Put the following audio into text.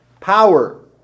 Power